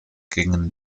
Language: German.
gingen